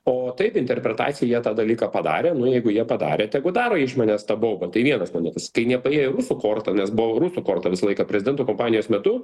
o taip interpretacija jie tą dalyką padarė nu jeigu jie padarė tegu daro iš manęs tą baubą tai vienas momentas kai nepaėjo rusų korta nes buvo rusų korta visą laiką prezidento kampanijos metu